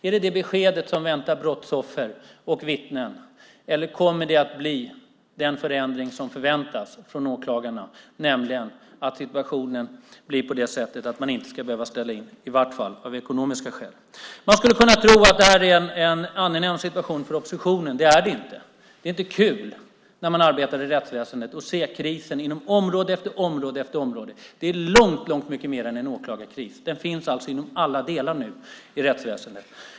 Är det detta besked som väntar brottsoffer och vittnen? Eller kommer det att bli den förändring som förväntas från åklagarna, nämligen att situationen blir sådan att man inte ska behöva ställa in, i varje fall inte av ekonomiska skäl? Man skulle kunna tro att det här är en angenäm situation för oppositionen. Det är det inte. Det är inte kul, när man arbetar i rättsväsendet, att se krisen inom område efter område. Det är långt mycket mer än en åklagarkris. Den finns nu inom alla delar i rättsväsendet.